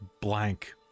blank